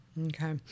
okay